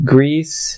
Greece